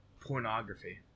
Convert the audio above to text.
Pornography